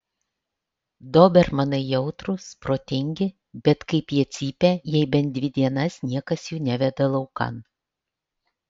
dobermanai jautrūs protingi bet kaip jie cypia jei bent dvi dienas niekas jų neveda laukan